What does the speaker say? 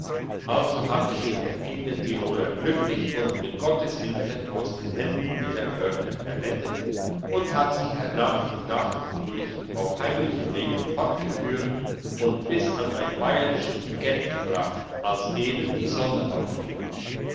also hatte sie der edle tiroler glücklich und mit gottes hilfe aus den händen ihrer mörder errettet und hat sie hernach die nacht hindurch auf heimlichen wegen fortgeführt und bis an ein bayerisch pikett gebracht als eben die sonne aufging